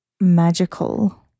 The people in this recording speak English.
magical